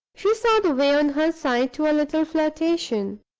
she saw the way, on her side, to a little flirtation.